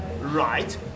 Right